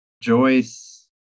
Joyce